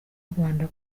rwanda